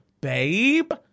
Babe